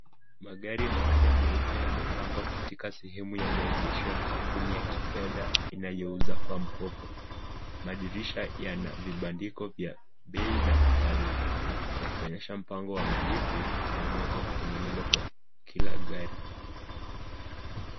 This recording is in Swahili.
Magari mapya meupe yamepangwa katika sehemu yamaegesho ya kampuni ya kifedha inayouza kwa mkopo ,madirisha yana vibandiko vya bei na taarifa yakionyesha mpango wa malipo la mwaka yakitengenezwa kwa kila gari.